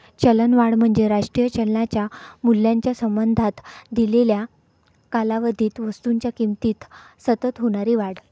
चलनवाढ म्हणजे राष्ट्रीय चलनाच्या मूल्याच्या संबंधात दिलेल्या कालावधीत वस्तूंच्या किमतीत सतत होणारी वाढ